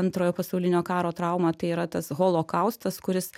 antrojo pasaulinio karo traumą tai yra tas holokaustas kuris